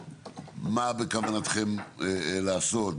מה בכוונתכם לעשות,